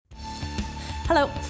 Hello